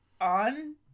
on